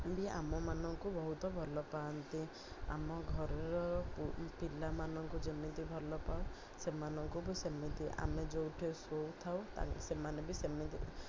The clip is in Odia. ବି ଆମ ମାନଙ୍କୁ ବହୁତ ଭଲ ପାଆନ୍ତି ଆମ ଘରର ପିଲାମାନଙ୍କୁ ଯେମିତି ଭଲ ପାଉ ସେମାନଙ୍କୁ ବି ସେମିତି ଆମେ ଯେଉଁଠି ଶୋଇଥାଉ ସେମାନେ ବି ସେମିତି